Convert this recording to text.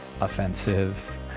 offensive